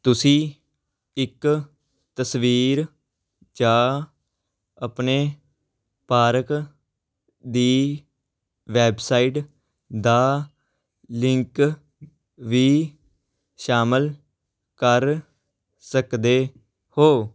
ਤੁਸੀਂ ਇੱਕ ਤਸਵੀਰ ਜਾਂ ਆਪਣੇ ਪਾਰਕ ਦੀ ਵੈੱਬਸਾਈਟ ਦਾ ਲਿੰਕ ਵੀ ਸ਼ਾਮਲ ਕਰ ਸਕਦੇ ਹੋ